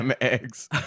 eggs